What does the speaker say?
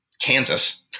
Kansas